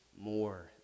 more